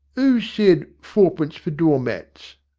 oo said fourpence for doormats?